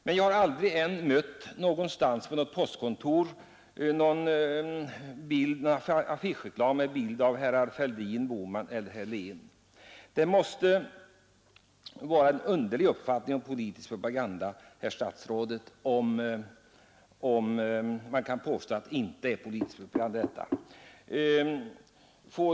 Men jag har aldrig på något postkontor mött någon affischreklam med bilder av herrar Fälldin, Bohman eller Helén. Man måste ha en underlig uppfattning om politisk propaganda, herr statsråd, om man påstår att detta inte är partipolitisk reklam.